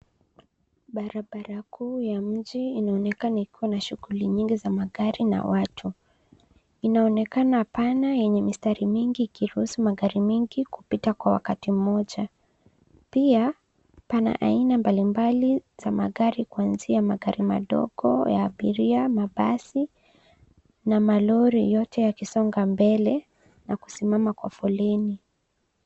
Barabara kuu ya mji inaonekana ikiwa na shughuli nyingi za magari na watu. Inaonekana pana yenye mistari mingi ikiruhusu magari mengi kupita kwa wakati moja. Pia, pana aina mbalimbali za magari kuanzia magari madogo ya abiria, mabasi na malori yote yakisonga mbele na kusimama kwa foleni.